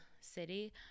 city